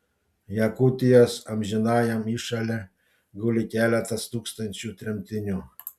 jakutijos amžinajam įšale guli keletas tūkstančių tremtinių